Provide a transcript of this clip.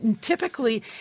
typically